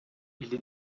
ele